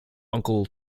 uncle